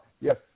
Yes